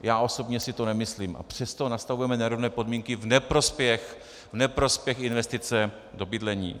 Já osobně si to nemyslím, a přesto nastavujeme nerovné podmínky v neprospěch investice do bydlení.